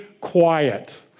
quiet